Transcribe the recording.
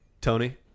Tony